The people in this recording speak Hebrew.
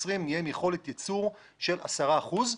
נהיה עם יכולת ייצור של 10 אחוזים.